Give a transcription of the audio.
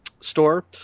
store